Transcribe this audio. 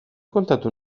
kontatu